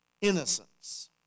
innocence